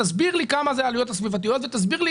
תסביר לי כמה הן העלויות הסביבתיות ותסביר לי